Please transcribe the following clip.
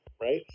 right